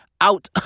out